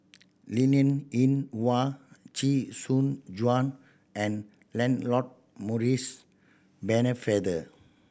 Linn In Hua Chee Soon Juan and Lancelot Maurice Pennefather